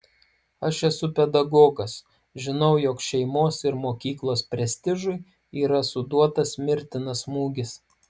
aš esu pedagogas žinau jog šeimos ir mokyklos prestižui yra suduotas mirtinas smūgis